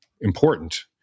important